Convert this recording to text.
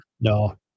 No